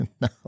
No